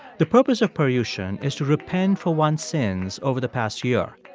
the purpose of paryushan is to repent for one's sins over the past year.